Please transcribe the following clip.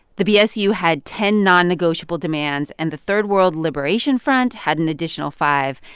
the bsu had ten non-negotiable demands, and the third world liberation front had an additional five,